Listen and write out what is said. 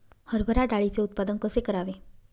हरभरा डाळीचे उत्पादन कसे करावे?